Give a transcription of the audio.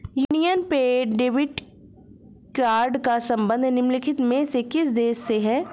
Union Pay debit card का संबंध निम्नलिखित में से किस देश से है?